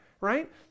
right